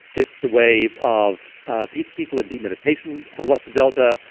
it's the wave of ah people people in deep meditation have lots of delta.